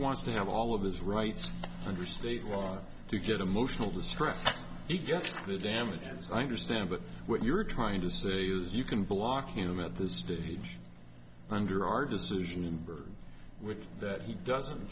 wants to have all of his rights under state law to get emotional distress he gets the damages i understand but what you're trying to say is you can block him at this stage under our decision and burden with that he doesn't